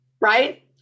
right